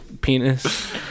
penis